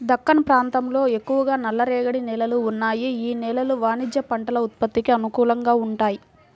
దక్కన్ ప్రాంతంలో ఎక్కువగా నల్లరేగడి నేలలు ఉన్నాయి, యీ నేలలు వాణిజ్య పంటల ఉత్పత్తికి అనుకూలంగా వుంటయ్యి